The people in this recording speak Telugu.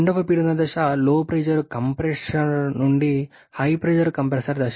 రెండవ పీడన దశ LP కంప్రెసర్ నుండి HP కంప్రెసర్ దశ